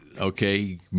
Okay